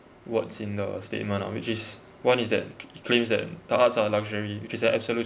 words in the statement lah which is one is that claims that the arts are luxury which is an absolute